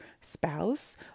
spouse